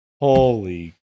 Holy